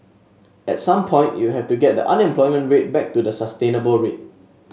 at some point you have to get the unemployment rate back to the sustainable rate